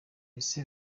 ese